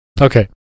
Okay